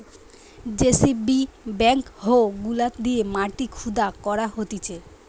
JCB backhoe গুলা দিয়ে মাটি খুদা করা হতিছে